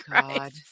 god